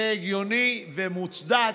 זה הגיוני ומוצדק,